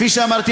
כפי שאמרתי,